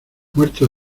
muerto